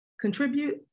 contribute